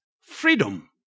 freedom